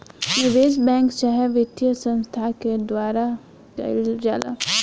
निवेश बैंक चाहे वित्तीय संस्थान के द्वारा कईल जाला